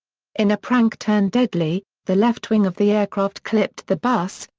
in a prank turned deadly, the left wing of the aircraft clipped the bus,